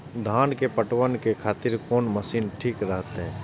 धान के पटवन के खातिर कोन मशीन ठीक रहते?